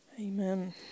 Amen